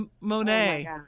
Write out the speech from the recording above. Monet